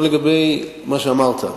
לגבי מה שאמרת,